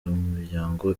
imiryango